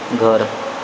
घर